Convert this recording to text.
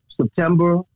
September